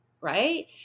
right